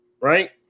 right